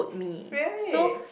me so